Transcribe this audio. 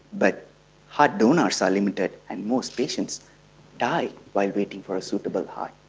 but heart donors are limited and most patients die while waiting for a suitable heart.